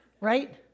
right